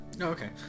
okay